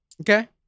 Okay